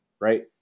right